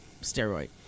steroid